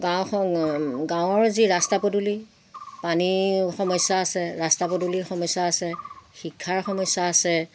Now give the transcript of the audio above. গাঁও গাঁৱৰ যি ৰাস্তা পদূলি পানীৰ সমস্যা আছে ৰাস্তা পদূলিৰ সমস্যা আছে শিক্ষাৰ সমস্যা আছে